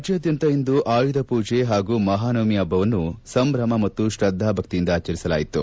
ರಾಜ್ಯಾದ್ಯಂತ ಇಂದು ಆಯುಧ ಪೂಜೆ ಹಾಗೂ ಮಹಾನವಮಿ ಹಬ್ಬವನ್ನು ಸಂಭ್ರಮ ಮತ್ತು ಶ್ರದ್ದಾಭಕ್ತಿಯಿಂದ ಆಚರಿಸಲಾಯಿತು